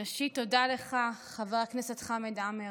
ראשית, תודה לך, חבר הכנסת חמד עמאר,